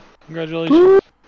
Congratulations